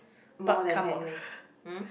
more than ten years hmm